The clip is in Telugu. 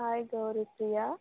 హాయ్ గౌరీ ప్రియ